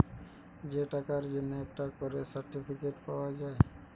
যে টাকার জন্যে একটা করে সার্টিফিকেট পাওয়া যায়